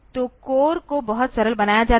तो कोर को बहुत सरल बनाया जाता है